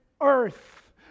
earth